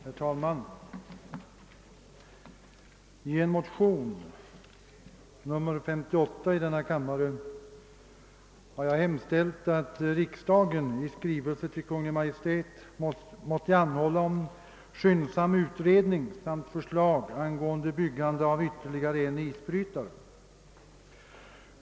Herr talman! I en motion nr 58 i denna kammare har jag hemställt att riksdagen i skrivelse till Kungl. Maj:t måtte anhålla om skyndsam utredning samt förslag angående byggande av ytterligare en isbrytare.